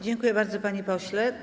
Dziękuję bardzo, panie pośle.